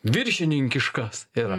viršininkiškas yra